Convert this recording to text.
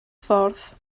ffordd